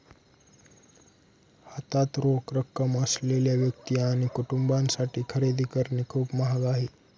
हातात रोख रक्कम असलेल्या व्यक्ती आणि कुटुंबांसाठी खरेदी करणे खूप महाग आहे